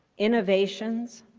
innovations,